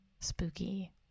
spooky